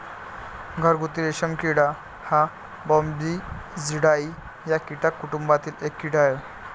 घरगुती रेशीम किडा हा बॉम्बीसिडाई या कीटक कुटुंबातील एक कीड़ा आहे